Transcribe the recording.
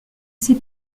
ses